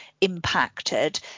impacted